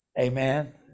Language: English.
Amen